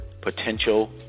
potential